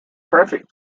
perfect